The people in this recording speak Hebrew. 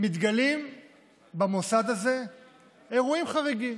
מתגלים במוסד הזה אירועים חריגים